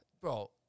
bro